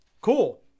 Cool